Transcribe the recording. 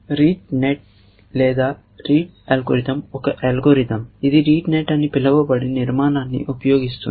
RETE NET లేదా Rete algorithm ఒక algorithm ఇది RETE NET అని పిలువబడే నిర్మాణాన్ని ఉపయోగిస్తుంది